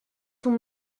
son